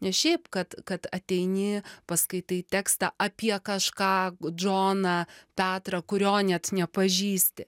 ne šiaip kad kad ateini paskaitai tekstą apie kažką džoną petrą kurio net nepažįsti